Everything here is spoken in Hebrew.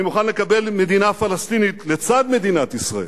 אני מוכן לקבל מדינה פלסטינית לצד מדינת ישראל,